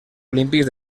olímpics